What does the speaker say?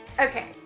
Okay